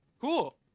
cool